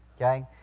Okay